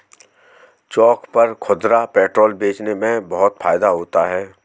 चौक पर खुदरा पेट्रोल बेचने में बहुत फायदा होता है